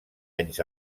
anys